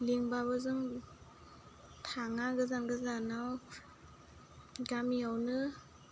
लेंबाबो जों थाङा गोजान गोजानाव गामियावनो